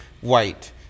white